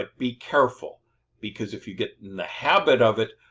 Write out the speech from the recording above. ah be careful because if you get in the habit of it,